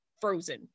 frozen